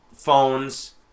Phones